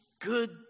good